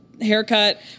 haircut